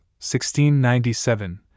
1697